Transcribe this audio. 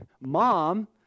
mom